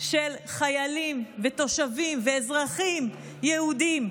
של חיילים ותושבים ואזרחים יהודים,